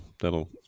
that'll